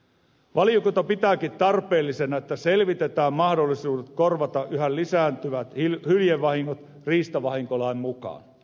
valiokunta pitääkin tarpeellisena että selvitetään mahdollisuudet korvata yhä lisääntyvät hyljevahingot riistavahinkolain mukaan